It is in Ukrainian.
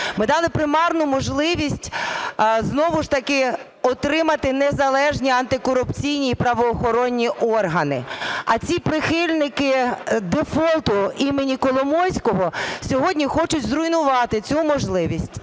ми дали примарну можливість знову ж таки отримати незалежні антикорупційні і правоохоронні органи. А ці "прихильники дефолту імені Коломойського" сьогодні хочуть зруйнувати цю можливість.